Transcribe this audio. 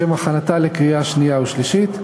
לשם הכנתה לקריאה שנייה ושלישית.